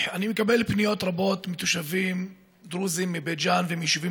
אני מקבל פניות רבות מתושבים דרוזים מבית ג'ן ומיישובים